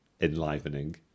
enlivening